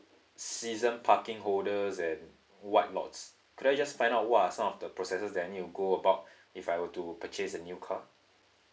season parking holder and what lots could I just find out what are some of the processes that I need to go about if I will to purchase a new car